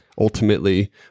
Ultimately